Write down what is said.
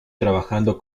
trabajando